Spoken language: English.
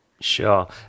Sure